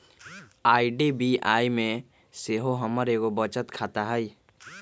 IDBI में सेहो हमर एगो बचत खता हइ